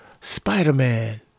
Spider-Man